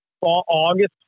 August